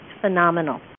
phenomenal